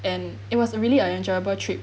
and it was really a enjoyable trip